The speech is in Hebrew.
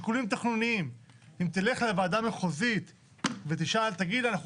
אם תלך לוועדה מחוזית ותגיד: אנחנו